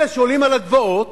אלה שעולים על הגבעות